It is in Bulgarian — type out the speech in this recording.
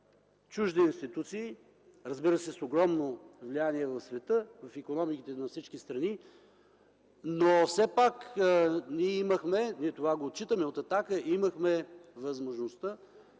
чужди институции, разбира се, с огромно влияние в света, в икономиките на всички страни, но все пак ние имахме, това го отчитаме от „Атака”, възможността